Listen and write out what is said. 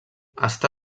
està